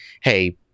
Hey